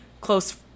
close